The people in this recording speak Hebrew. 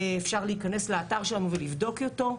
אפשר להיכנס לאתר שלנו ולבדוק אותו.